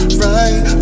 right